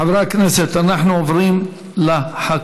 חברי הכנסת, אנחנו עוברים לחקיקה.